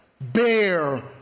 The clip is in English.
bear